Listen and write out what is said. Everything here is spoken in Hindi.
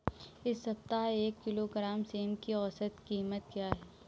इस सप्ताह एक किलोग्राम सेम की औसत कीमत क्या है?